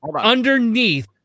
underneath